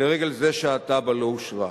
לרגל זה שהתב"ע לא אושרה.